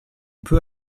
peut